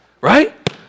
right